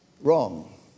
Wrong